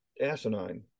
asinine